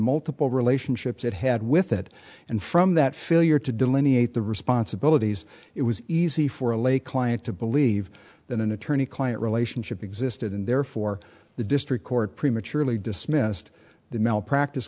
multiple relationships it had with it and from that failure to delineate the responsibilities it was easy for a lay client to believe that an attorney client relationship existed and therefore the district court prematurely dismissed the malpracti